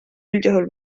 üldjuhul